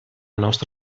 nostra